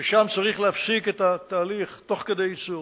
ששם צריך להפסיק את התהליך תוך כדי ייצור,